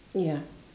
ya